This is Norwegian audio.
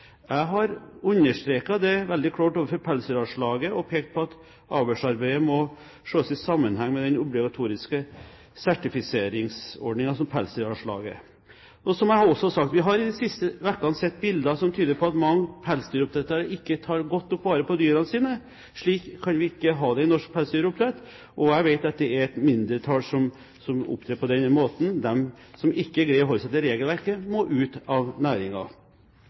Jeg har understreket det veldig klart overfor Pelsdyralslaget og pekt på at avlsarbeidet må ses i sammenheng med den obligatoriske sertifiseringsordningen som Pelsdyralslaget er. Og som jeg også har sagt: Vi har i de siste ukene sett bilder som tyder på at mange pelsdyroppdrettere ikke tar godt nok vare på dyrene sine. Slik kan vi ikke ha det i norsk pelsdyroppdrett, og jeg vet at det er et mindretall som opptrer på den måten. De som ikke greier å holde seg til regelverket, må ut av